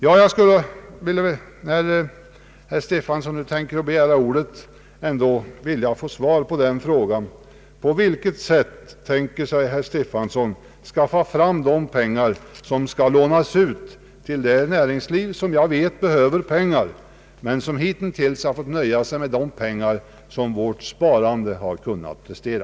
Jag skulle vilja få svar på frågan: På vilket sätt tänker sig herr Stefanson skaffa fram de pengar som skall lånas ut till det näringsliv, som jag vet behöver pengar men som hittills har fått nöja sig med de pengar som vårt sparande har kunnat prestera?